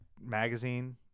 magazine